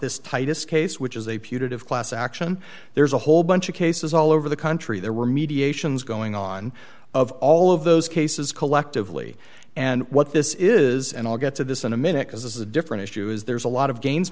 this titus case which is a punitive class action there's a whole bunch of cases all over the country there were mediations going on of all of those cases collectively and what this is and i'll get to this in a minute because this is a different issue is there's a lot of ga